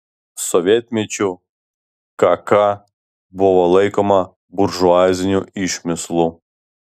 sovietmečiu kk buvo laikoma buržuaziniu išmislu